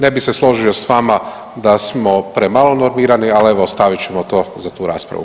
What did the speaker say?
Ne bi se složio s vama da smo premalo normirani, ali evo ostavit ćemo to za tu raspravu.